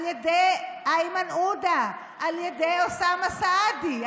על ידי איימן עודה, על ידי אוסאמה סעדי?